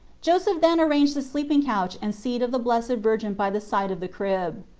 joseph then arranged the sleeping couch and seat of the blessed virgin by the side of the crib.